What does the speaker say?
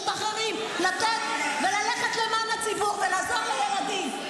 תנו צ'אנס לחיילים האלה שמשתחררים לתת וללכת למען הציבור ולעזור לילדים.